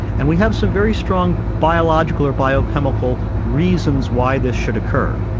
and we have some very strong biological or biochemical reasons why this should occur.